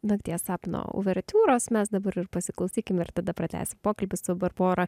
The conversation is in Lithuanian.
nakties sapno uvertiūros mes dabar ir pasiklausykim ir tada pratęsim pokalbį su barbora